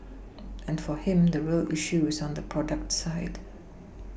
and for him the real issue is on the product side